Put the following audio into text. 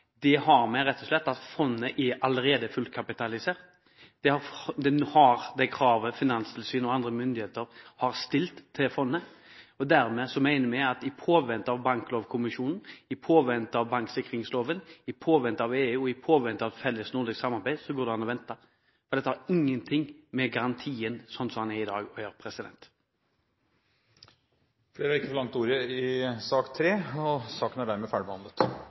Det har rett og slett med det å gjøre at fondet allerede er fullkapitalisert. Det har oppnådd det kravet Finanstilsynet og andre myndigheter har stilt til fondet. Dermed mener vi at i påvente av Banklovkommisjonen, i påvente av banksikringsloven, i påvente av EU og i påvente av felles nordisk samarbeid går det an å vente, for dette har ingenting å gjøre med garantien sånn som den er i dag. Flere har ikke bedt om ordet til sak nr. 3. Ingen har bedt om ordet. Etter ønske fra familie- og